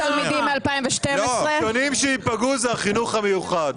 הראשונים שייפגעו זה החינוך המיוחד.